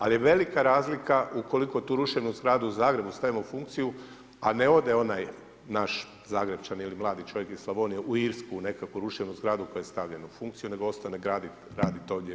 Ali je velika razlika ukoliko tu ruševnu zgradu u Zagrebu stavimo u funkciju, a ne ode onaj naš Zagrepčanin ili mladi čovjek iz Slavonije u Irsku nekakvu ruševnu zgradu koja je stavljena u funkciju, nego ostane raditi ovdje.